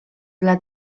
dla